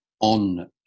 on